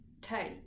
take